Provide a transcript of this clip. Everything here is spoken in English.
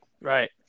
Right